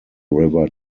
river